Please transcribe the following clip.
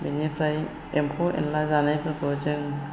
बिनिफ्राय एम्फौ एनला जानायफोरखौ जों